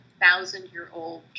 thousand-year-old